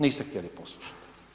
Niste htjeli poslušati.